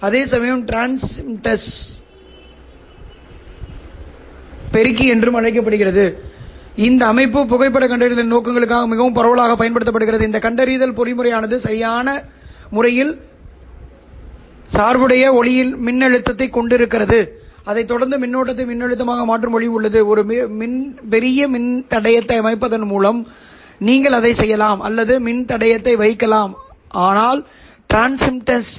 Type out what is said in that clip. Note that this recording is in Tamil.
அதன் அதிர்வெண் ஆஸிலேட்டர் θLO இந்த θLO யும் மாறுபடுகிறது ஆனால் இது எங்கள் கட்டுப்பாட்டில் இருக்கும் ஒரு ஆஸிலேட்டர் என்பதால் இந்த ஊசலாட்டங்களை குறைந்தபட்சமாக வைத்திருக்க முடியும் வேறுவிதமாகக் கூறினால் நல்ல தரமான உள்ளூர் ஆஸிலேட்டரை வாங்க நிறைய பணம் செலவழிக்க முடியும் செலவு ஒரு பிரச்சினை அல்ல எங்களுக்கும் நீண்ட தூர தகவல் தொடர்பு அமைப்புகளுக்கும் தூய உள்ளூர் ஊசலாட்டங்கள் இருப்பது மிகவும் முக்கியம் அதன் கட்ட சத்தம் மிகச் சிறியது